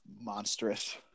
monstrous